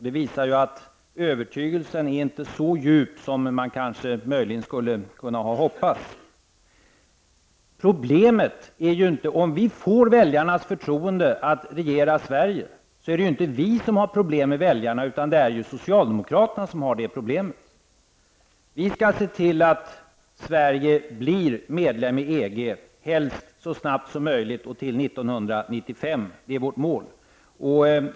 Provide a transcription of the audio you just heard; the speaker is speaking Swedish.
Det visar ju att övertygelsen inte är så djup som man möjligen kunde ha hoppats. Om vi får väljarnas förtroende att regera Sverige, så är det ju inte vi som har problem med väljarna, utan det är socialdemokraterna som har det problemet. Vi skall se till att Sverige blir medlem i EG, helst så snabbt som möjligt och till 1995; det är vårt mål.